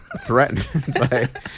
threatened